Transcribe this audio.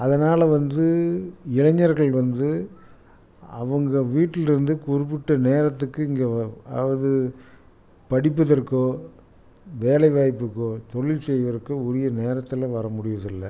அதனால வந்து இளைஞர்கள் வந்து அவங்க வீட்லேருந்து குறிப்பிட்ட நேரத்துக்கு இங்கே அதாவது படிப்பதற்கோ வேலைவாய்ப்புக்கோ தொழில் செய்யறதுக்கோ உரிய நேரத்தில் வர முடியிறதில்லை